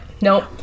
Nope